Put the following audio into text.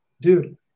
dude